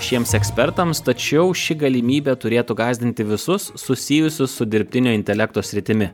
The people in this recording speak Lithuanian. šiems ekspertams tačiau ši galimybė turėtų gąsdinti visus susijusius su dirbtinio intelekto sritimi